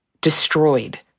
destroyed